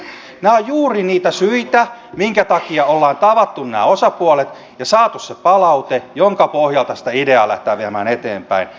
nämä ovat juuri niitä syitä minkä takia ollaan tavattu nämä osapuolet ja saatu se palaute jonka pohjalta sitä ideaa lähdetään viemään eteenpäin